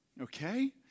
Okay